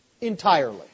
entirely